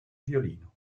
violino